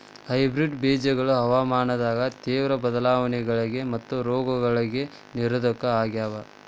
hybrid ಬೇಜಗೊಳ ಹವಾಮಾನದಾಗಿನ ತೇವ್ರ ಬದಲಾವಣೆಗಳಿಗ ಮತ್ತು ರೋಗಗಳಿಗ ನಿರೋಧಕ ಆಗ್ಯಾವ